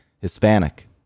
Hispanic